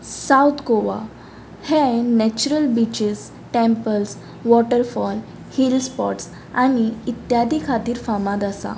south Goa हें natural beaches temples waterfall hill spots आनी इत्यादी खातीर फामाद आसा